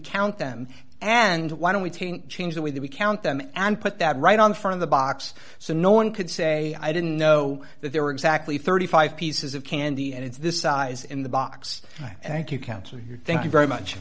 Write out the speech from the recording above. count them and why don't we taint change the way that we count them and put that right on the front of the box so no one could say i didn't know that there were exactly thirty five pieces of candy and it's this size in the box thank you council thank you very much